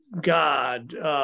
God